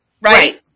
right